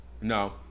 No